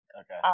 okay